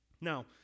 Now